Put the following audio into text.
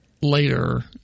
later